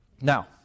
Now